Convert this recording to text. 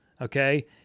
okay